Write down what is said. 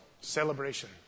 celebration